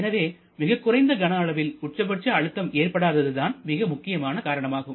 எனவே மிகக்குறைந்த கனஅளவில் உச்சபட்ச அழுத்தம் ஏற்படாதது தான் மிக முக்கியமான காரணமாகும்